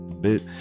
bit